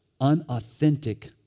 unauthentic